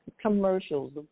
Commercials